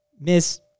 Miss